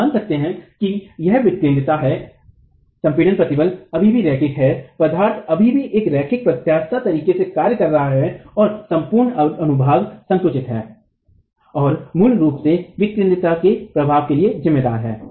हम मान सकते हैं कि यह कम विकेन्द्रता है संपीड़ित प्रतिबल अभी भी रैखिक हैं पदार्थ अभी भी एक रैखिक प्रत्यास्थ तरीके से कार्य कर रहा है और संपूर्ण अनुभाग संकुचित है और मूल रूप से विकेन्द्रता के प्रभाव के लिए जिम्मेदार है